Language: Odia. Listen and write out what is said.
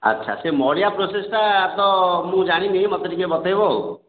ଆଚ୍ଛା ସେ ମଡ଼େଇବା ପ୍ରୋସେସଟା ତ ମୁଁ ଜାଣିନି ମୋତେ ଟିକେ ବତେଇବ